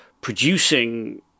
producing